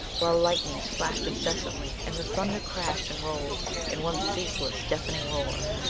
while lightnings flashed incessantly and the thunder crashed and rolled in one ceaseless, deafening roar.